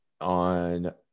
on